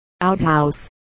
outhouse